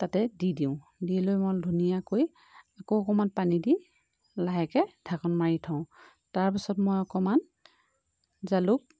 তাতে দি দিওঁ দি লৈ মই ধুনীয়াকৈ আকৌ অকণমান পানী দি লাহেকৈ ঢাকন মাৰি থওঁ তাৰপিছত মই অকণমান জালুক